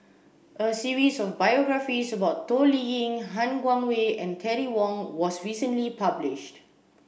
a series of biographies about Toh Liying Han Guangwei and Terry Wong was recently published